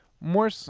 more